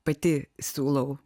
pati siūlau